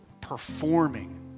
performing